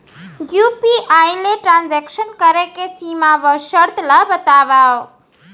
UPI ले transaction करे के सीमा व शर्त ला बतावव?